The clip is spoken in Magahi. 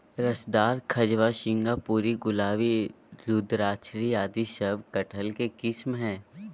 रसदार, खजवा, सिंगापुरी, गुलाबी, रुद्राक्षी आदि सब कटहल के किस्म हय